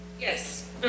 Yes